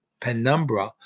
penumbra